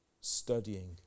studying